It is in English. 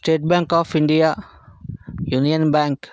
state bank of India union bank